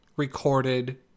Recorded